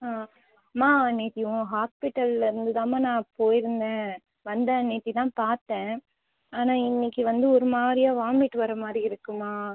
ஆ மா நேற்று உன் ஹாஸ்பிடல்லருந்து தான்மா நான் போயிருந்தேன் வந்தேன் நேற்று தான் பார்த்தேன் ஆனால் இன்றைக்கி வந்து ஒரு மாதிரியா வாமிட் வர மாதிரி இருக்குமா